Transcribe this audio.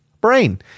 BRAIN